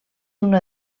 una